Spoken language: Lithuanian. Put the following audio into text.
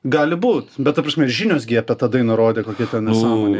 gali būt bet ta prasme žinios gi apie tą dainą rodė kokia nesąmonė